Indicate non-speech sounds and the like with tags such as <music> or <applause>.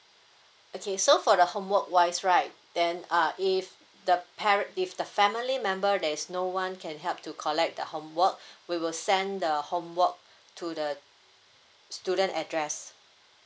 okay so for the homework wise right then uh if the parent if the family member there is no one can help to collect the homework <breath> we will send the homework to the student address